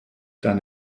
dann